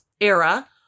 era